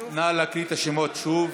נא להקריא את השמות שוב